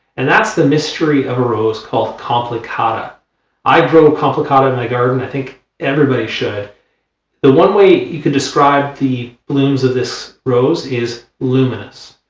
and that's the mystery of a rose called complicata i've grown complicata my garden. i think everybody should the one way you can describe the blooms of this rose is luminous.